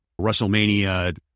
WrestleMania